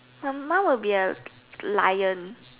my mum would be a lion